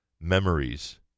memories